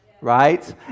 right